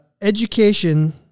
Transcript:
Education